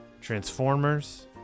Transformers